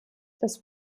das